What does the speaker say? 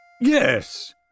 Yes